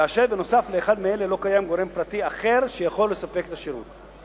כאשר נוסף על אחד מאלה לא קיים גורם פרטי אחר שיכול לספק את השירות,